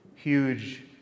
huge